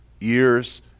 ears